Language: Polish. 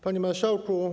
Panie Marszałku!